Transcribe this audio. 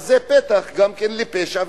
זה פתח גם כן לפשע,